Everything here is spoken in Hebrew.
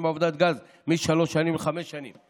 בעבודות גז משלוש שנים לחמש שנים.